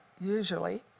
Usually